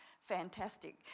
fantastic